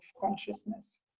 consciousness